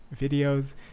videos